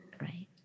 Right